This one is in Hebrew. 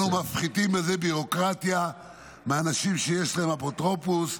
אנחנו מפחיתים בזה ביורוקרטיה מאנשים שיש להם אפוטרופוס,